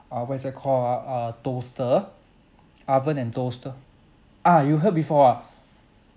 uh what is that called ah a toaster oven and toaster ah you heard before ah